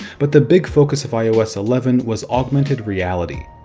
but the big focus of ios eleven was augmented reality.